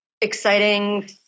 exciting